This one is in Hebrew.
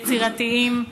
יצירתיים,